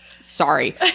sorry